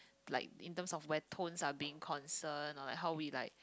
like in terms of where tones are being concern or like how we like